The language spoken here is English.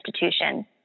institution